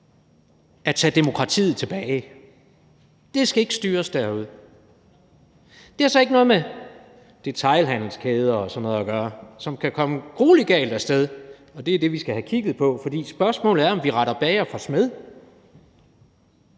at tage demokratiet tilbage. Det skal ikke styres derude. Det har så ikke noget med detailhandelskæder og sådan noget at gøre, som kan komme gruelig galt af sted. Det er det, vi skal have kigget på. For spørgsmålet er, om vi retter bager for smed?